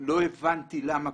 לא הבנתי למה,